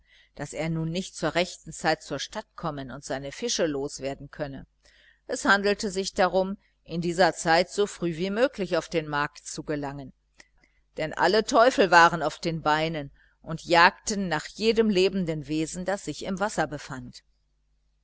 daß er nun nicht zur rechten zeit zur stadt kommen und seine fische loswerden könne es handelte sich darum in dieser zeit so früh wie möglich auf den markt zu gelangen denn alle teufel waren auf den beinen und jagten nach jedem lebenden wesen das sich im wasser befand